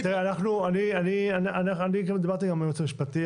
דיברתי היום עם היועץ המשפטי,